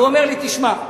הוא אומר לי: תשמע,